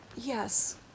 Yes